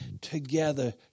together